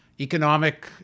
economic